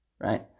right